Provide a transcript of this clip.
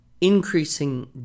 increasing